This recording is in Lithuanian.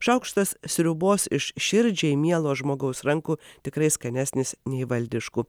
šaukštas sriubos iš širdžiai mielo žmogaus rankų tikrai skanesnis nei valdiškų